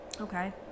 Okay